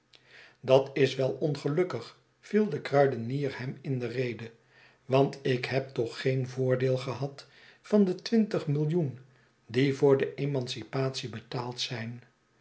dat is wel ongelukkig viel de kruidenier hem in de rede want ik heb toch geen voordeel gehad van de twintig millioen die voor de emancipate betaald zijn